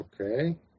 Okay